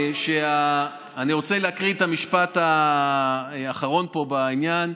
אני רוצה להקריא את המשפט האחרון פה בעניין: